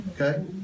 okay